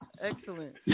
Excellent